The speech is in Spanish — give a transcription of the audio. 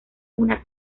una